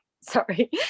Sorry